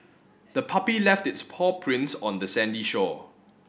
the puppy left its paw prints on the sandy shore